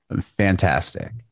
fantastic